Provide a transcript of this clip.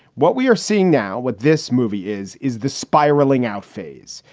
what we are seeing now with this movie is, is this spiraling out phase.